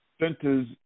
centers